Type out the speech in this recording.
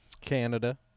Canada